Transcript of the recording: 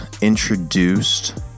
introduced